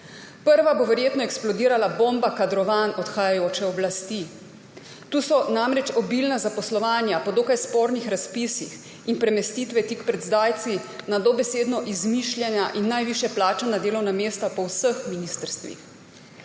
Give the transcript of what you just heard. Prva bo verjetno eksplodirala bomba kadrovanj odhajajoče oblasti. Tu so namreč obilna zaposlovanja po dokaj spornih razpisih in premestitve tik pred zdajci na dobesedno izmišljena in najvišje plačana delovna mesta po vseh ministrstvih.